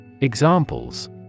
Examples